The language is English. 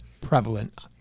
prevalent